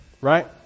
right